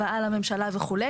הבאה לממשלה וכו'.